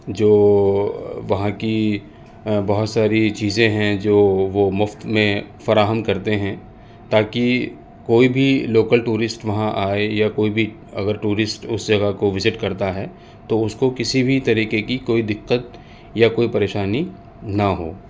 جو وہاں کی بہت ساری چیزیں ہیں جو وہ مفت میں فراہم کرتے ہیں تاکہ کوئی بھی لوکل ٹورسٹ وہاں آئے یا کوئی بھی اگر ٹورسٹ اس جگہ کو وزٹ کرتا ہے تو اس کو کسی بھی طریقے کی کوئی دقت یا کوئی پریشانی نہ ہو